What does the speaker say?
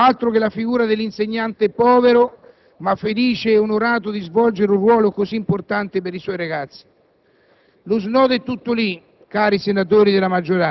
Altro che scuola come missione, altro che la figura dell'insegnante povero ma felice e onorato di svolgere un ruolo così importante per i suoi ragazzi!